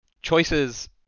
choices